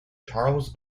charles